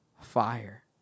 fire